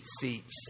seats